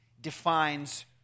defines